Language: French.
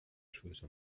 chose